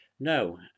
No